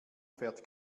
fährt